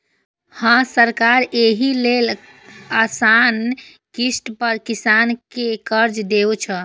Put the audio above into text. हां, सरकार एहि लेल आसान किस्त पर किसान कें कर्ज दै छै